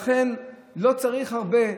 לכן לא צריך הרבה,